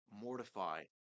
Mortify